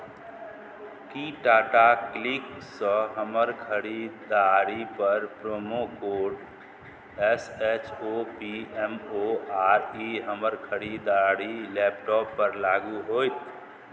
की टाटा क्लिकसँ हमर खरीददारीपर promo code S H O P M O R E हमर खरीददारी लैपटॉपपर लागू होयत